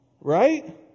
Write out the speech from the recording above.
Right